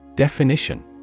Definition